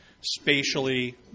spatially